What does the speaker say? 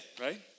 right